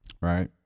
Right